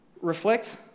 reflect